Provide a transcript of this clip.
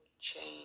change